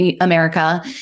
America